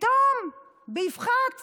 פתאום באבחת